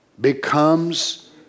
becomes